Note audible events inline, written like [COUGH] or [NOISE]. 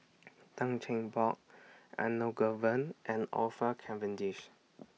Tan Cheng Bock Elangovan and Orfeur [UNINTELLIGIBLE]